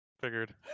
Figured